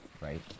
right